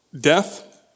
death